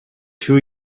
two